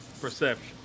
Perception